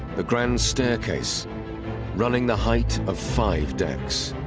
the grand staircase running the height of five decks.